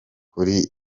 kuri